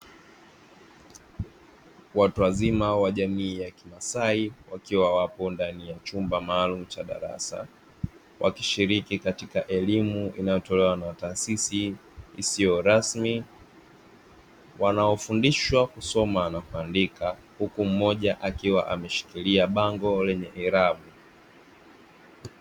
Watu wazima wa jamii ya kimasai wakiwa wapo ndani ya chumba maalumu cha darasa, wakishiriki katika elimu inayotolewa na taasisi isiyo rasmi, wanaofundishwa kusoma na kuandika huku mmoja akiwa ameshikilia bango lenye irabu.